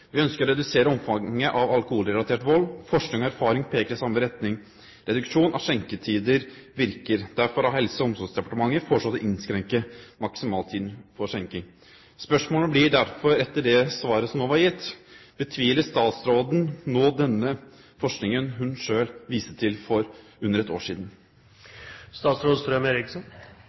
ønsker å redusere omfanget av alkoholrelatert vold. Forskning og erfaring peker i samme retning: Reduksjon av skjenketiden virker. Derfor har Helse- og omsorgsdepartementet foreslått å innskrenke maksimaltiden for skjenking.» Spørsmålet blir derfor etter det svaret som er gitt: Betviler statsråden nå denne forskningen hun selv viste til for under ett år